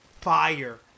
fire